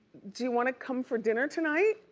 do you wanna come for dinner tonight?